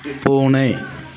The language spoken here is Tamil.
பூனை